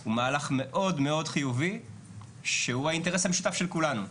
הוא מהלך מאוד מאוד חיובי שהוא האינטרס המשותף של כולנו.